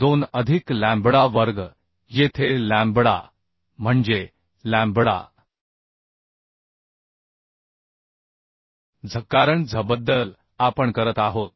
2 अधिक लॅम्बडा वर्ग येथे लॅम्बडा म्हणजे लॅम्बडा z कारण zz बद्दल आपण करत आहोत